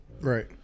Right